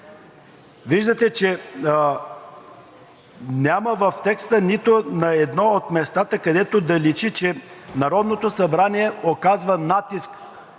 Виждате, че в текста няма нито на едно от местата, където да личи, че Народното събрание оказва натиск